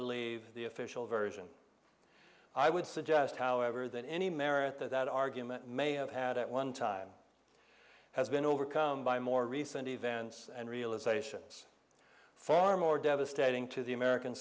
believe the official version i would suggest however that any merit that that argument may have had at one time has been overcome by more recent events and realizations far more devastating to the american